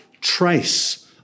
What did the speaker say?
trace